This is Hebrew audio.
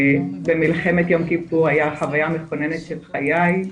במלחמת יום כיפור הייתה החוויה המכוננת של חיי,